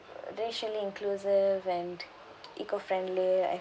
uh racially inclusive and eco-friendly I